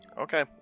Okay